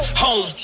home